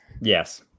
Yes